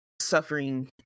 suffering